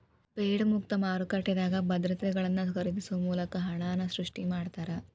Fed ಮುಕ್ತ ಮಾರುಕಟ್ಟೆದಾಗ ಭದ್ರತೆಗಳನ್ನ ಖರೇದಿಸೊ ಮೂಲಕ ಹಣನ ಸೃಷ್ಟಿ ಮಾಡ್ತಾರಾ